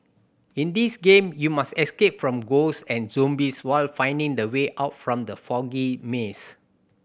in this game you must escape from ghosts and zombies while finding the way out from the foggy maze